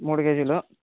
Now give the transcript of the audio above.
మూడు కేజీలు